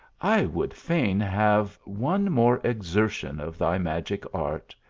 i would fain have one more exartidn of thy magic art.